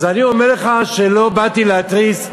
אז אני אומר לך שלא באתי להתריס,